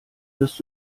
wirst